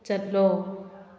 ꯆꯠꯂꯣ